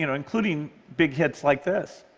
you know including big hits like this.